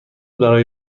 برای